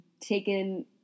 taken